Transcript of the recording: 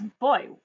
Boy